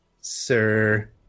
sir